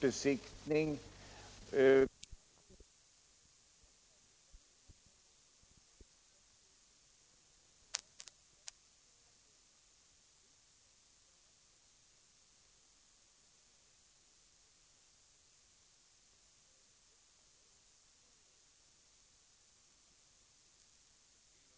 Om bilarnas avgasrening Om bilarnas avgasrening